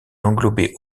englobait